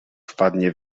wpadnie